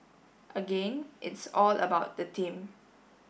again it's all about the team